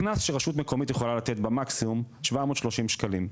הקנס שרשות מקומית יכולה לתת במקסימום זה 730 שקלים.